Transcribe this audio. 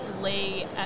lay